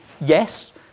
yes